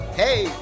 hey